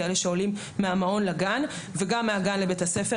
כאלה שעולים מהמעון לגן וגם מהגן לבית הספר.